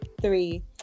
three